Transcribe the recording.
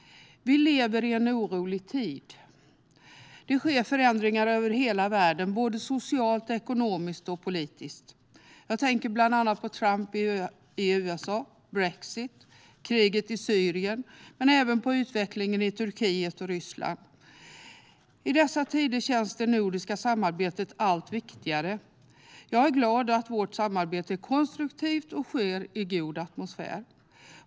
Vi lever i en orolig tid. Det sker förändringar över hela världen, såväl socialt och ekonomiskt som politiskt. Jag tänker på Trump i USA, brexit, kriget i Syrien men även utvecklingen i Turkiet och Ryssland. I dessa tider känns det nordiska samarbetet allt viktigare. Jag är glad över att vårt samarbete är konstruktivt och sker i en god atmosfär.